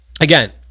again